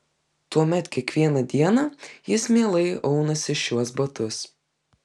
tuomet kiekvieną dieną jis mielai aunasi šiuos batus